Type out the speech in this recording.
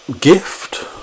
gift